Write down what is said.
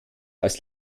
als